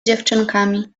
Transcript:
dziewczynkami